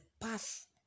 path